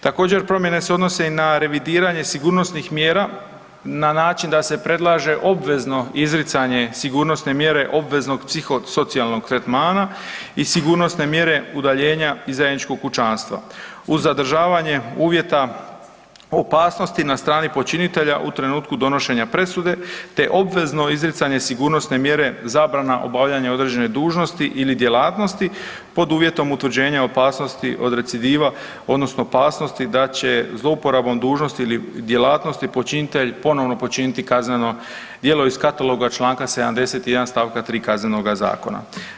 Također promjene se odnose na revidiranje sigurnosnih mjera na način da se predlaže obvezno izricanje sigurnosne mjere obveznog psihosocijalnog tretmana i sigurnosne mjere udaljenja iz zajedničkog kućanstva uz zadržavanje uvjeta opasnosti na strani počinitelja u trenutku donošenja presude te obvezno izricanje sigurnosne mjere zabrana obavljanja određene dužnosti ili djelatnosti pod uvjetom utvrđenja opasnosti od recidiva odnosno opasnosti da će zlouporabom dužnosti ili djelatnosti počinitelj ponovno počiniti kazneno djelo iz kataloga čl. 71. st. 3. KZ-a.